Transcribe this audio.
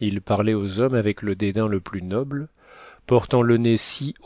il parlait aux hommes avec le dédain le plus noble portant le nez